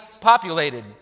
populated